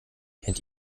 kennt